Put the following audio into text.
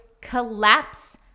collapse